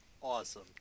Awesome